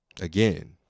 Again